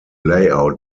layout